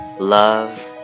Love